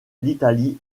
l’italie